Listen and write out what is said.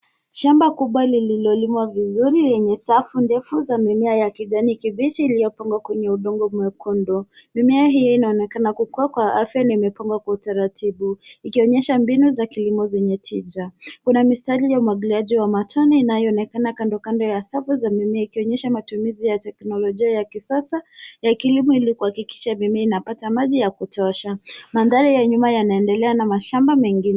Shamba kubwa lililolima vizuri yenye safu ndefu za mimea ya kijani kibiji iliyopandwa kwenye udongo umekondoo. Mimea hiyo inaonekana kukuwa kwa afya nimepanga kwa utaratibu. Ikionyesha mbinu za kilimo zenye tija. Kuna mistari ya umwagiliaji wa matoni inayoonekana kando kando ya safu za mimea ikionyesha matumizi ya teknolojia ya kisasa ya kilimo ili kuhakikisha mimea inapata maji ya kutosha. Mandhari ya nyuma yanaendelea na mashamba mengine.